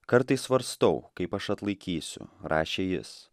kartais svarstau kaip aš atlaikysiu rašė jis